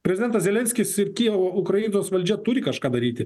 prezidentas zelenskis ir kijevo ukrainos valdžia turi kažką daryti